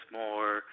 more